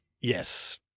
Yes